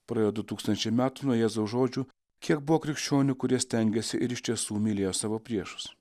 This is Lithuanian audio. praėjo du tūkstančiai metų nuo jėzaus žodžių kiek buvo krikščionių kurie stengėsi ir iš tiesų mylėjo savo priešus